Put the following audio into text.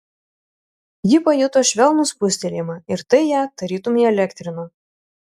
ji pajuto švelnų spustelėjimą ir tai ją tarytum įelektrino